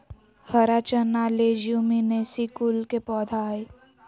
हरा चना लेज्युमिनेसी कुल के पौधा हई